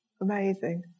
Amazing